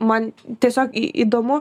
man tiesiog įdomu